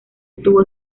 estuvo